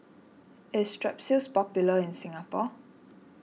is Strepsils popular in Singapore